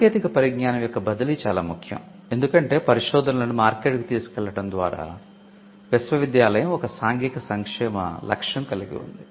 సాంకేతిక పరిజ్ఞానం యొక్క బదిలీ చాలా ముఖ్యం ఎందుకంటే పరిశోధనలను మార్కెట్కు తీసుకెళ్లడం ద్వారా విశ్వవిద్యాలయం ఒక సాంఘిక సంక్షేమ లక్ష్యం కలిగి ఉంది